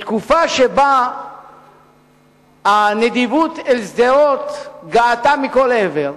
בתקופה שבה הנדיבות כלפי שדרות גאתה מכל עבר,